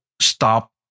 stop